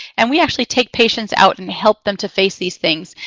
and we actually take patients out and help them to face these things,